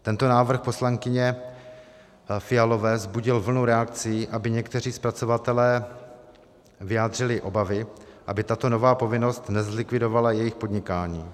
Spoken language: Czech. Tento návrh poslankyně Fialové vzbudil vlnu reakcí a někteří zpracovatelé vyjádřili obavy, aby tato nová povinnost nezlikvidovala jejich podnikání.